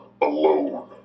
alone